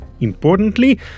Importantly